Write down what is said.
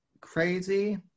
crazy